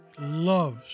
loves